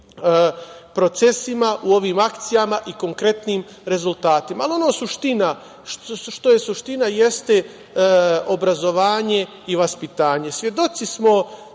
procesima, u ovim akcijama i konkretnim rezultatima, ali ono što je suština jeste obrazovanje i vaspitanje. Svedoci smo